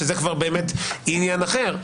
שזה כבר באמת עניין אחר,